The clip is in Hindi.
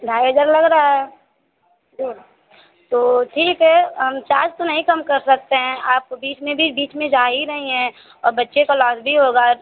ढाई हज़ार लग रहा है दो तो ठीक है हम चार्ज तो नहीं कम कर सकते हैं आप बीच में भी बीच में जा ही रही हैं और बच्चे का लॉस भी होगा